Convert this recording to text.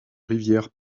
rivière